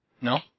No